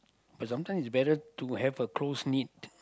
but sometimes it's better to have a close need